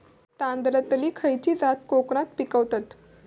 तांदलतली खयची जात कोकणात पिकवतत?